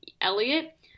Elliot